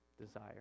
desire